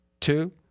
two